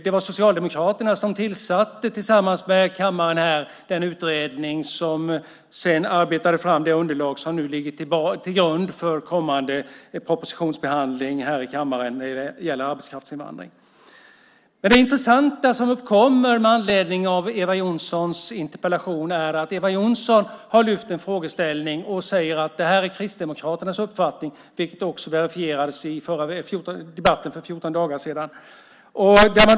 Det var faktiskt Socialdemokraterna som tillsatte den utredning som sedan arbetade fram det underlag som nu ligger till grund för kommande propositionsbehandling i kammaren vad gäller arbetskraftsinvandring. Det intressanta som framkommer med anledning av Eva Johnssons interpellation är att hon lyfter fram en frågeställning och säger att det är Kristdemokraternas uppfattning, vilket också verifierades i debatten för 14 dagar sedan.